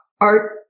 art